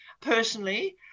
personally